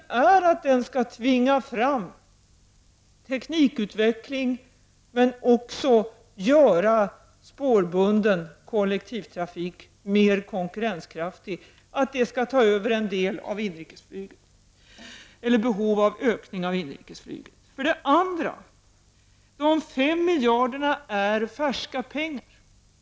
Avsikten är att den skall tvinga fram teknikutveckling men också göra spårbunden kollektivtrafik mer konkurrenskraftig, så att den tar över en del av behovet av en ökning av inrikesflyget. De fem miljarderna är färska pengar.